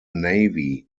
navy